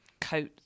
coat